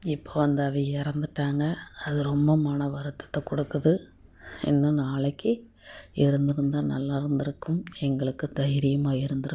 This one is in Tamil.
இப்போ வந்து அவங்க இறந்துட்டாங்க அது ரொம்ப மன வருத்தத்தை கொடுக்குது இன்னும் நாளைக்கு இருந்துருந்தா நல்லா இருந்து இருக்கும் எங்களுக்கு தைரியமாக இருந்து இருக்கும்